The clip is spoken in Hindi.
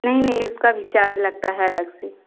नहीं नहीं उसका भी चार्ज लगता है अलग से